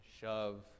shove